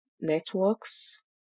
networks